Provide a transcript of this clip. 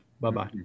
Bye-bye